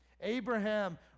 Abraham